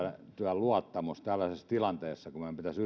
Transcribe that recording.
luottamus tällaisessa tilanteessa kun meidän pitäisi